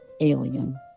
alien